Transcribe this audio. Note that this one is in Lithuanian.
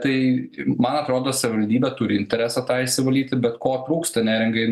tai man atrodo savivaldybė turi interesą tą išsivalyti bet ko trūksta neringai